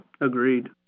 Agreed